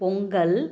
Pongal